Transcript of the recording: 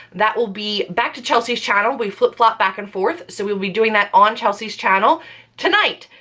that will be back to chelsea's channel. we flip-flop back and forth, so we will be doing that on chelsea's channel tonight.